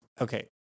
okay